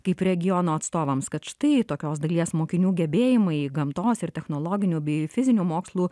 kaip regiono atstovams kad štai tokios dalies mokinių gebėjimai gamtos ir technologinių bei fizinių mokslų